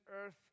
earth